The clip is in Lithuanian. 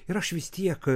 ir aš vis tiek